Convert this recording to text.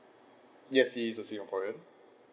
yes he is a singaporean